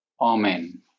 Amen